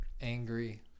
angry